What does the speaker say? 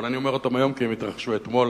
אבל אני אומר אותם היום כי הם התרחשו אתמול.